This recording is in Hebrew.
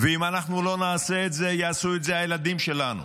אם אנחנו לא נעשה את זה, יעשו את זה הילדים שלנו,